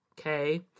okay